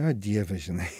o dieve žinai